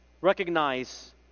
recognize